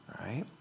right